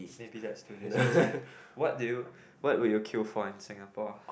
maybe let's do this instead what do you what would you queue for in Singapore